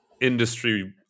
industry